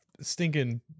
stinking